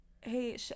hey